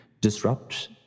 disrupt